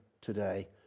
today